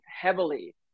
heavily